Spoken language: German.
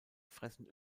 fressen